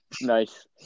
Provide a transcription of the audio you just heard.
Nice